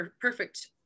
perfect